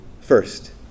first